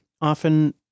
often